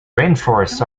rainforests